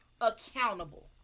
accountable